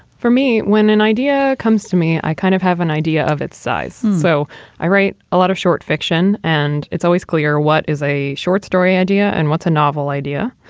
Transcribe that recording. for me. when an idea comes to me, i kind of have an idea of its size. so i write a lot of short fiction and it's always clear what is a short story idea and what's a novel idea.